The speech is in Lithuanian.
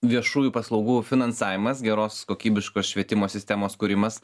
viešųjų paslaugų finansavimas geros kokybiškos švietimo sistemos kūrimas